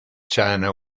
china